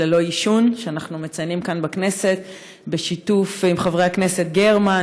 ללא עישון שאנחנו מציינים כאן בכנסת בשיתוף עם חברי הכנסת גרמן,